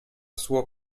suo